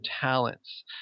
talents